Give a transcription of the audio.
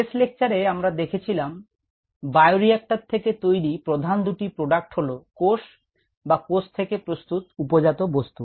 শেষ লেকচারে আমরা দেখেছিলাম বায়োরিক্টর থেকে তৈরি প্রধান দুটি প্রোডাক্ট হলো কোষ বা কোষ থেকে প্রস্তুত উপজাত বস্তু